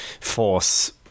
force